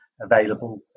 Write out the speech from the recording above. available